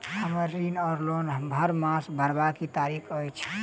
हम्मर ऋण वा लोन हरमास भरवाक की तारीख अछि?